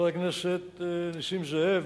חבר הכנסת נסים זאב,